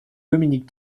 dominique